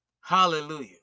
hallelujah